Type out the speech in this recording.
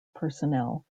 personnel